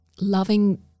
loving